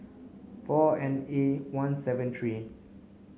four N A one seven three